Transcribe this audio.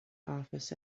office